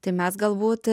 tai mes galbūt